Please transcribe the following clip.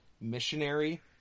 missionary